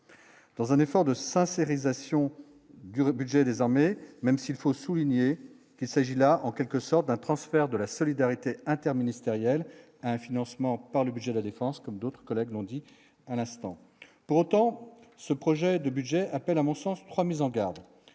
dans un effort de sa série station Duroc budget des armées, même s'il faut souligner qu'il s'agit là en quelque sorte d'un transfert de la solidarité. Car ministériel un financement par le budget de la défense, comme d'autres collègues l'ont dit à l'instant, pour autant, ce projet de budget appel à mon sens, 3 mises en garde